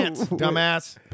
dumbass